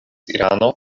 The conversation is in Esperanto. irano